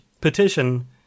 petition